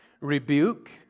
Rebuke